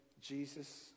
Jesus